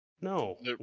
No